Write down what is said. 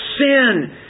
sin